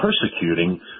persecuting